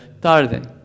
tarde